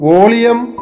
Volume